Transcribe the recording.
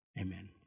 Amen